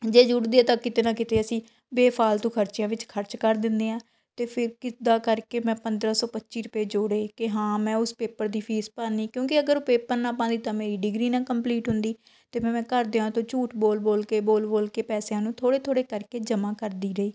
ਜੇ ਜੁੜਦੇ ਆ ਤਾਂ ਕਿਤੇ ਨਾ ਕਿਤੇ ਅਸੀਂ ਬੇਫਾਲਤੂ ਖ਼ਰਚਿਆ ਵਿੱਛ ਖ਼ਰਚ ਕਰ ਦਿੰਦੇ ਹਾਂ ਅਤੇ ਫਿਰ ਕਿੱਦਾਂ ਕਰਕੇ ਮੈਂ ਪੰਦਰ੍ਹਾਂ ਸੌ ਪੱਚੀ ਰੁਪਏ ਜੋੜੇ ਕਿ ਹਾਂ ਮੈਂ ਉਸ ਪੇਪਰ ਦੀ ਫ਼ੀਸ ਭਰਨੀ ਕਿਉਂਕਿ ਅਗਰ ਉਹ ਪੇਪਰ ਨਾ ਪਾਉਂਦੀ ਤਾਂ ਮੇਰੀ ਡਿਗਰੀ ਨਾ ਕੰਪਲੀਟ ਹੁੰਦੀ ਅਤੇ ਫਿਰ ਮੈਂ ਘਰਦਿਆਂ ਤੋਂ ਝੂਠ ਬੋਲ ਬੋਲ ਕੇ ਬੋਲ ਬੋਲ ਕੇ ਪੈਸਿਆ ਨੂੰ ਥੋੜ੍ਹੇ ਥੋੜ੍ਹੇ ਕਰਕੇ ਜਮ੍ਹਾ ਕਰਦੀ ਰਹੀ